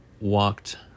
walked